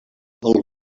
algú